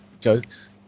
jokes